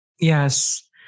Yes